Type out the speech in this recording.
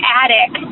attic